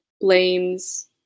blames